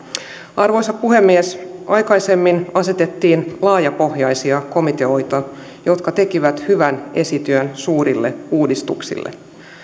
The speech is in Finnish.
arvoisa puhemies aikaisemmin asetettiin laajapohjaisia komiteoita jotka tekivät hyvän esityön suurille uudistuksille